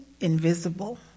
invisible